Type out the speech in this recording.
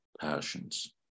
passions